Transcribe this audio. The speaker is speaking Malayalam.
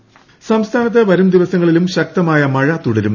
മഴ സംസ്ഥാനത്തും വരും ദിവസങ്ങളിലും ശക്തമായ മഴ തുടരും